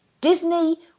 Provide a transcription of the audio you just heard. Disney